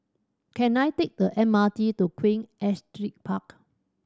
can I take the M R T to Queen Astrid Park